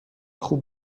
خوب